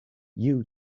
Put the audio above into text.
you